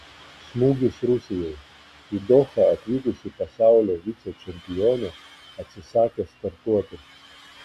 smūgis rusijai į dohą atvykusi pasaulio vicečempionė atsisakė startuoti